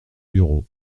bureau